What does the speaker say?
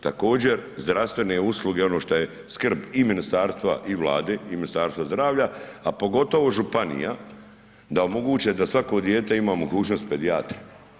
Također, zdravstvene usluge ono što je skrb i ministarstva i Vlade i Ministarstva zdravlja, a pogotovo županija, da omoguće da svako dijete ima mogućnost pedijatra.